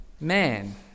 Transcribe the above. Man